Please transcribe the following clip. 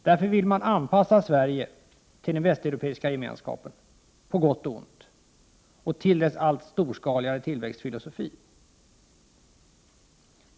Därför vill man anpassa Sverige till den västeuropeiska gemenskapen på gott och ont och till dess allt storskaligare tillväxtfilosofi.